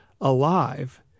alive